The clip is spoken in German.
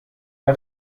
der